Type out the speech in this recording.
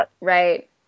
Right